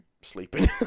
sleeping